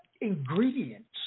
ingredients